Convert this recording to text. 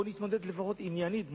בואו נתמודד לפחות עניינית,